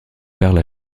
perle